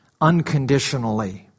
unconditionally